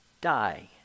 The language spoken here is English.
die